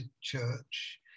church